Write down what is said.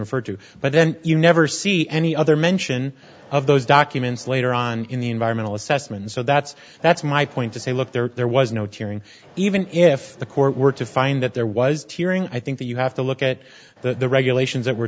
referred to but then you never see any other mention of those documents later on in the environmental assessment so that's that's my point to say look there there was no cheering even if the court were to find that there was a hearing i think that you have to look at the regulations that we're